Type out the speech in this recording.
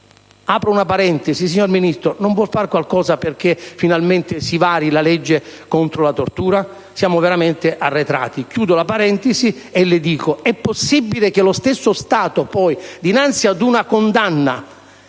apro una parentesi, signor Ministro: non vuol fare qualcosa perché finalmente si vari la legge contro la tortura? Siamo veramente arretrati. Chiudo la parentesi e le dico: è possibile che lo stesso Stato poi, dinanzi ad una condanna